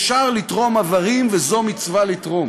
אפשר לתרום איברים, וזו מצווה לתרום,